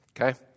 okay